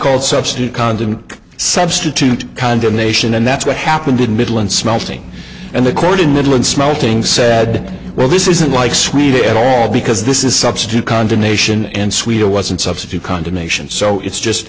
called substitute condom substitute condemnation and that's what happened in midland smelting and the court in midland smelting said well this isn't like sweet at all because this is substitute condemnation and sweeter wasn't substitute condemnation so it's just